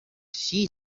she